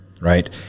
right